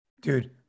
Dude